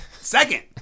Second